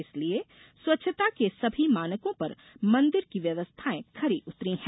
इसीलिये स्वच्छता के सभी मानकों पर मंदिर की व्यवस्थाएँ खरी उतरी हैं